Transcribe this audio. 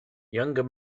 younger